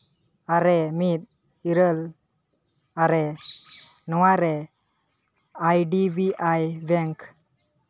ᱟᱨᱮ ᱢᱤᱫ ᱤᱨᱟᱹᱞ ᱟᱨᱮ ᱱᱚᱣᱟ ᱨᱮ I D B I bank